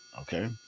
Okay